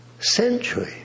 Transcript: century